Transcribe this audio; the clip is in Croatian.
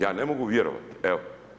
Ja ne mogu vjerovati, evo.